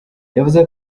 yavuze